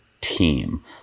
team